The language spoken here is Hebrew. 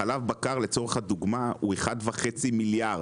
חלב הבקר הוא 1.5 מיליארד.